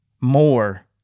more